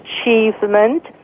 achievement